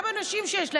גם כאלה שיש להם,